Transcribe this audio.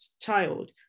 child